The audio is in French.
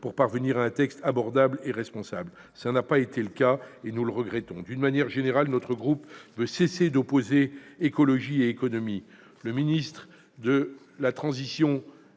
pour parvenir à un texte adoptable et responsable. Cela n'a pas été le cas, et nous le regrettons. De manière générale, notre groupe veut cesser d'opposer écologie et économie. Le ministre de la transition